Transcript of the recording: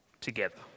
together